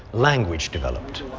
language developed.